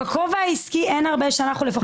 בכובע העסקי אין הרבה, לפחות ממה שאנחנו מכירים.